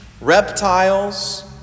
reptiles